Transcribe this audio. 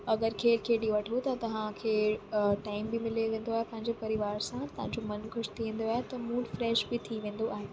अगरि खेल खेॾी वठो त तव्हांखे टाइम बि मिली वेंदो आहे पंहिंजो परिवार सां तव्हांजो मनु ख़ुशि थी वेंदो आहे त मूड फ्रैश बि थी वेंदो आहे